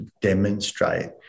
demonstrate